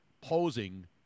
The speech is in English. posing